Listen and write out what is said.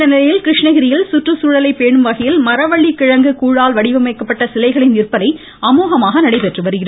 இந்நிலையில் கிருஷ்ணகிரியில் குற்றுச்சூழலை பேணும் வகையில் மரவள்ளிக்கிழங்கு கூழால் வடிவமைக்கப்பட்ட சிலைகளின் விற்பனை அமோகமாக நடைபெற்று வருகிறது